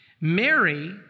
Mary